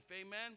Amen